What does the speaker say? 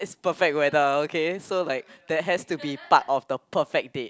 perfect weather okay so like that has to be part of the perfect date